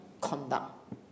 conduct